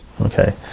okay